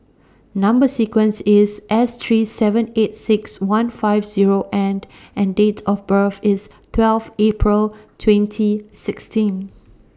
Number sequence IS S three seven eight six one five Zero and and Date of birth IS twelve April twenty sixteen